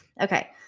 Okay